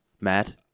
Matt